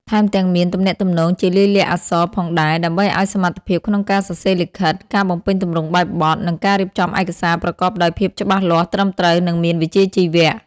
ថែមទាំងមាន ទំនាក់ទំនងជាលាយលក្ខណ៍អក្សរផងដែរ ដើម្បីអោយសមត្ថភាពក្នុងការសរសេរលិខិត ការបំពេញទម្រង់បែបបទ និងការរៀបចំឯកសារប្រកបដោយភាពច្បាស់លាស់ ត្រឹមត្រូវ និងមានវិជ្ជាជីវៈ។